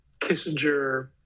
Kissinger